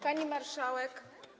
Pani Marszałek!